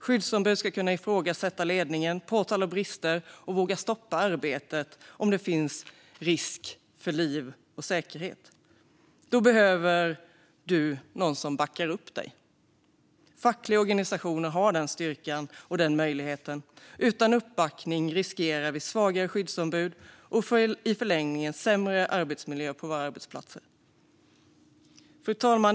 Skyddsombud ska kunna ifrågasätta ledningen, påtala brister och våga stoppa arbetet om det finns säkerhetsrisker och risk för liv. Då behöver man någon som backar upp en. Fackliga organisationer har denna styrka och möjlighet. Utan uppbackning riskerar vi svagare skyddsombud och i förlängningen sämre arbetsmiljö på våra arbetsplatser. Fru talman!